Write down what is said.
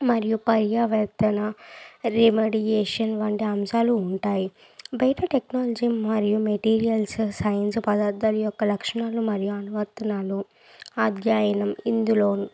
మరియు పర్యావేత్తన రీమడియేషన్ వంటి అంశాలు ఉంటాయి బయట టెక్నాలజీ మరియు మెటీరియల్ స సైన్సు పదార్థాల యొక్క లక్షణాలు మరియు అనువర్తనాలు అధ్యయనం ఇందులో